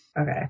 Okay